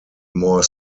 more